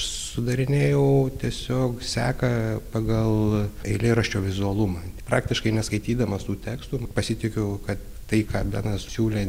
sudarinėjau tiesiog seką pagal eilėraščio vizualumą praktiškai neskaitydamas tų tekstų pasitikiu kad tai ką benas siūlė